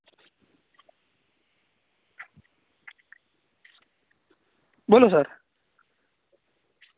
બોલો સર